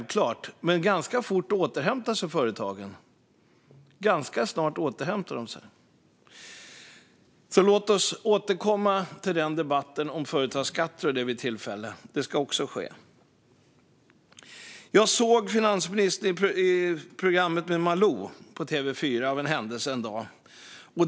Men ganska fort återhämtade sig företagen. Låt oss återkomma till debatten om företagsskatter och sådant vid tillfälle. Det ska också ske. Jag såg av en händelse finansministern i Malous program på TV4 en dag.